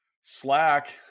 Slack